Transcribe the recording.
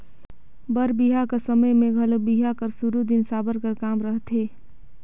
बर बिहा कर समे मे घलो बिहा कर सुरू दिन साबर कर काम रहथे